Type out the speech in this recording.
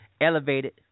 elevated